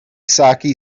saké